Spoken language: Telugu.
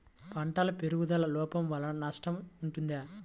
పంటల పెరుగుదల లోపం వలన నష్టము ఉంటుందా?